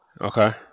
Okay